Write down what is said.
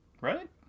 Right